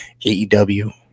AEW